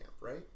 right